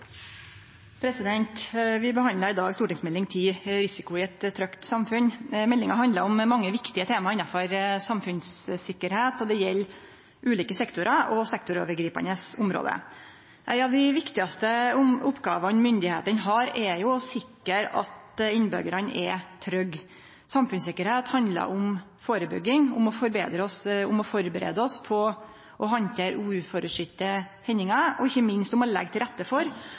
samfunn. Vi behandlar i dag Meld. St. 10 for 2016–2017, Risiko i et trygt samfunn. Meldinga handlar om mange viktige tema innanfor samfunnssikkerheit, og det gjeld ulike sektorar og sektorovergripande område. Ei av dei viktigaste oppgåvene myndigheitene har, er å sikre at innbyggjarane er trygge. Samfunnssikkerheit handlar om førebygging, om å førebu oss på å handtere uventa hendingar, og ikkje minst om å leggje til rette for